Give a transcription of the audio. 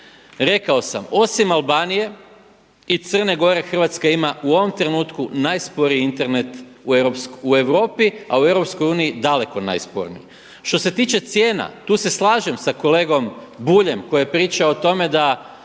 Rekao sam, osim Albanije i Crne Gore Hrvatska ima u ovom trenutku nasporiji Internet u Europi a u Europskoj uniji daleko najsporiji. Što se tiče cijena, tu se slažem sa kolegom Buljem koji je pričao o tome da